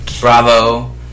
Bravo